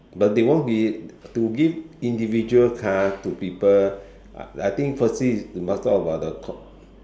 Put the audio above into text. but they won't be to give individual car to people I I think firstly is must talk about the